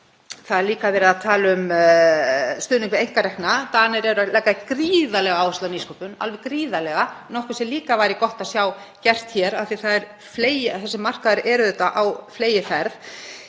Það er líka verið að tala um stuðning við einkarekna fjölmiðla. Danir leggja gríðarlega áherslu á nýsköpun, alveg gríðarlega, nokkuð sem líka væri gott að sjá gert hér af því að þessi markaður er á fleygiferð.